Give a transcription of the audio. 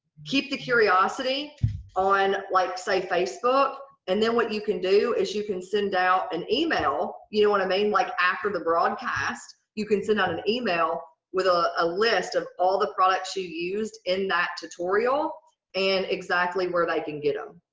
keep the curiosity on like say facebook and then what you can do is you can send out an email. you know what i mean? like, after the broadcast you can send out an email with a ah list of all the products you used in that tutorial and exactly where they like can get them.